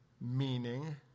meaning